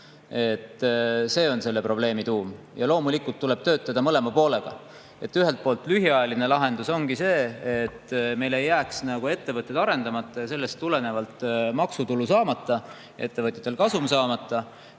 See on selle probleemi tuum. Ja loomulikult tuleb töötada mõlema poolega. Ühelt poolt ongi lühiajaline lahendus see, et meil ei jääks ettevõtted arendamata ja sellest tulenevalt maksutulu saamata ega ettevõtjatel kasum saamata,